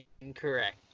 Incorrect